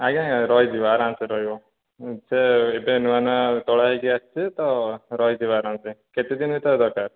ଆଜ୍ଞା ରହିଯିବ ଆରମସେ ରହିବ ଉଁ ସେ ଏବେ ନୂଆ ନୂଆ ତୋଳା ହେଇକି ଆସଛି ତ ରହିଯିବ ଆରମସେ କେତେଦିନ ଭିତରେ ଦରକାର